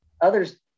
Others